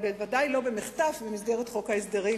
ובוודאי לא במחטף במסגרת חוק ההסדרים.